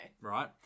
Right